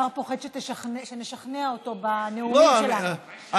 השר פוחד שנשכנע אותו בנאומים שלנו.